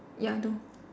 ya no